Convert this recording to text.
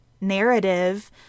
narrative